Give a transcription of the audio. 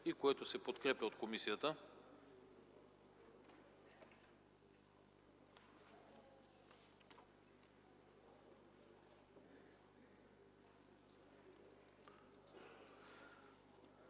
което се подкрепя от комисията.